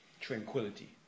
tranquility